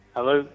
Hello